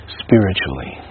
spiritually